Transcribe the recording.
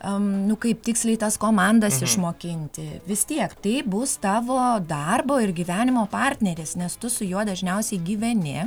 am nu kaip tiksliai tas komandas išmokinti vis tiek tai bus tavo darbo ir gyvenimo partneris nes tu su juo dažniausiai gyveni